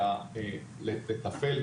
לתפעל,